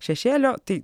šešėlio tai